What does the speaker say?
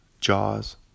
Jaws